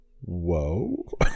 Whoa